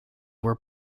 were